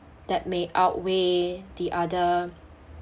that may outweigh the other